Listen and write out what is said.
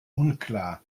unklar